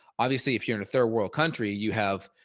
obviously, if you're in a third world country you have,